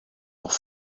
noch